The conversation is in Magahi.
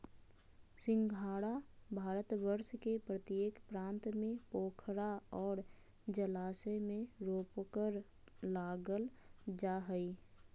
सिंघाड़ा भारतवर्ष के प्रत्येक प्रांत में पोखरा और जलाशय में रोपकर लागल जा हइ